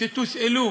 שתושאלו